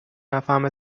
نفهمه